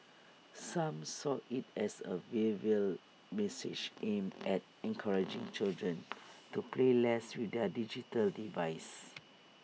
some saw IT as A veil veiled message aimed at encouraging children to play less with their digital devices